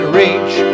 reach